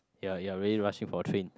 ya ya very rushing for train